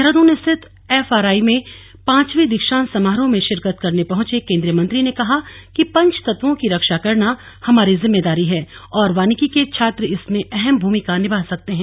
देहरादून स्थित एफआरआई में पांचवें दीक्षांत समारोह में शिरकत करने पहुंचे केंद्रीय मंत्री ने कहा कि पंचतत्वों की रक्षा करना हमारी जिम्मेदारी है और वानिकी के छात्र इसमें अहम भूमिका निभा सकते हैं